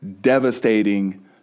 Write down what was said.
devastating